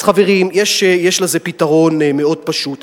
אז חברים, יש לזה פתרון מאוד פשוט: